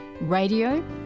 radio